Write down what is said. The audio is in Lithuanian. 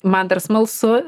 man dar smalsu